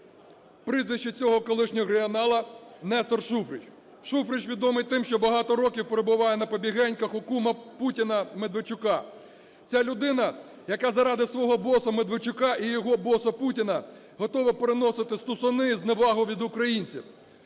Прізвище цього колишнього регіонала – Нестор Шуфрич. Шуфрич відомий тим, що багато років перебуває на побігеньках у кума Путіна – Медведчука. Ця людина, яка заради свого боса Медведчука і його боса Путіна готова переносити стусани і зневагу від українців,